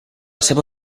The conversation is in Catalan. seva